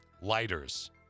Lighters